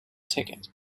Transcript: ticket